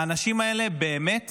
האנשים האלה באמת